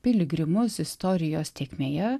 piligrimus istorijos tėkmėje